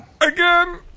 Again